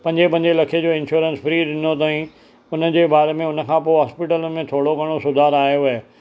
पंजे पंजे लखें जो इंश्योरेंस फ्री ॾिनो अथईं उन जे बारे में उन खां पोइ होस्पिटलुनि में थोरो घणों सुधार आयो आहे